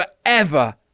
forever